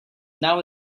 now